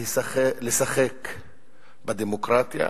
לשחק בדמוקרטיה,